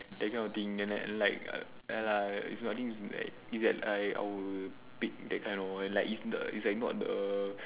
that kind of thing then like like ya lah it's like not the